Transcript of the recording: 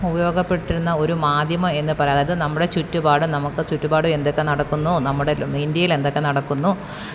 ഉപയോഗപ്പെട്ടിരുന്ന ഒരു മാധ്യമം എന്ന് പറ അതായത് നമ്മുടെ ചുറ്റുപാടും നമുക്ക് ചുറ്റുപാടും എന്തൊക്കെ നടക്കുന്നു നമ്മുടെ ലൊ ഇന്ട്യേലെന്തൊക്കെ നടക്കുന്നു